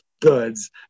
goods